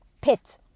pit